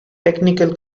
technical